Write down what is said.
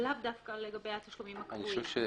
לאו דווקא לגבי התשלומים הקבועים.